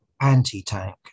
anti-tank